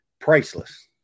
priceless